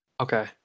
Okay